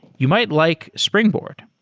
you might like springboard.